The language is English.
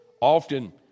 Often